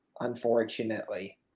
unfortunately